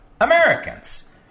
Americans